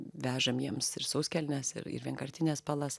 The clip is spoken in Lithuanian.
vežam jiems ir sauskelnes ir ir vienkartines palas